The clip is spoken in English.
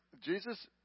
Jesus